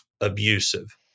abusive